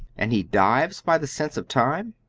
and he dives by the sense of time?